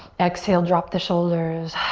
exhale, drop the shoulders.